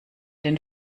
den